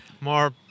more